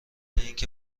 اینکه